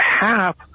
half